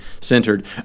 centered